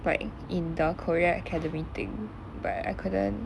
like in the korea academy thing but I couldn't